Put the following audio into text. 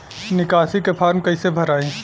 निकासी के फार्म कईसे भराई?